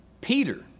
Peter